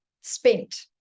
spent